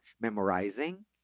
memorizing